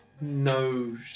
no